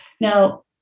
Now